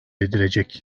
edilecek